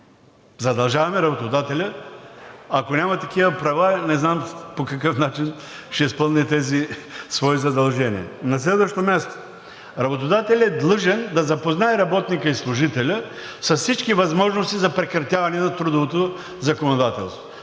Задължаваме работодателя. Ако няма такива правила, не знам по какъв начин ще изпълни тези свои задължения. На следващо място, работодателят е длъжен да запознае работника и служителя с всички възможности за прекратяване на трудовото законодателство,